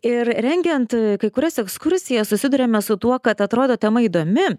ir rengiant kai kurias ekskursijas susiduriame su tuo kad atrodo tema įdomi